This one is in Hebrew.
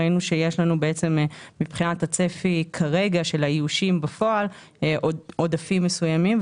ראינו שיש לנו מבחינת הצפי כרגע של האיושים בפועל עודפים מסוימים,